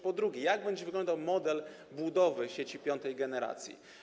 Po drugie, jak będzie wyglądał model budowy sieci piątej generacji?